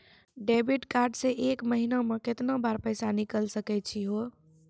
Debit card से एक महीना मा केतना बार पैसा निकल सकै छि हो?